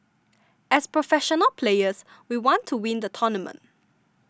as professional players we want to win the tournament